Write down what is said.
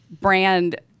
brand